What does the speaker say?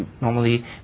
normally